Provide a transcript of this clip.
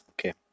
Okay